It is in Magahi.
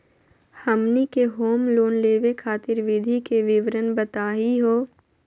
हमनी के होम लोन लेवे खातीर विधि के विवरण बताही हो?